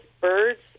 birds